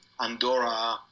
Andorra